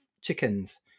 chickens